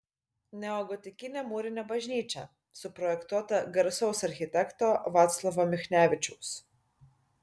neogotikinė mūrinė bažnyčia suprojektuota garsaus architekto vaclovo michnevičiaus